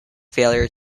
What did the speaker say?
failure